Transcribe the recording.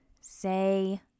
say